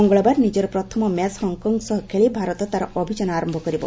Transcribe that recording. ମଙ୍ଗଳବାର ନିଜର ପ୍ରଥମ ମ୍ୟାଚ୍ ହଂକ ସହ ଖେଳି ଭାରତ ତା'ର ଅଭିଯାନ ଆରମ୍ଭ କରିବ